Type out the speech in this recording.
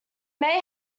may